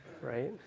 right